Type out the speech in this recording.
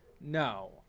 no